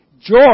joy